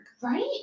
Right